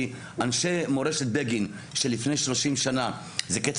אנשי מורשת בגין שלפני 30 שנה זה קץ